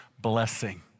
blessing